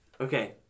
Okay